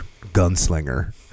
gunslinger